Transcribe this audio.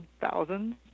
thousands